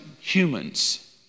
humans